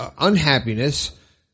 unhappiness